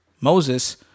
Moses